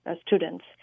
students